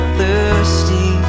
thirsty